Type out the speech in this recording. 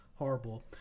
horrible